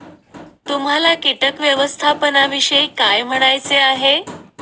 तुम्हाला किटक व्यवस्थापनाविषयी काय म्हणायचे आहे?